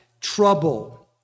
trouble